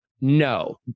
no